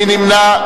מי נמנע?